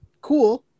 cool